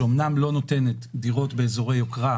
שאומנם לא נותנת דירות באזורי יוקרה,